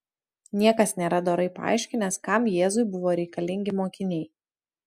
niekas nėra dorai paaiškinęs kam jėzui buvo reikalingi mokiniai